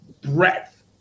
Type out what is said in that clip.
breadth